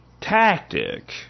tactic